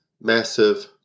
massive